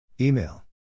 Email